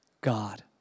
God